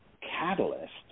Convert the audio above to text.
catalyst